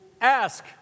Ask